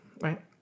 right